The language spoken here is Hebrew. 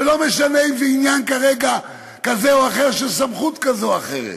ולא מעניין כרגע אם זה עניין כזה או אחר של סמכות כזאת או אחרת,